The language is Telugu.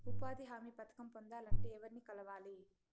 ఉపాధి హామీ పథకం పొందాలంటే ఎవర్ని కలవాలి?